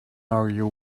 argue